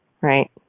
right